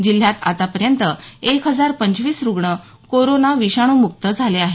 जिल्ह्यात आतापर्यंत एक हजार पंचवीस रुग्ण कोरोना विषाणूमुक्त झाले आहेत